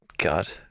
God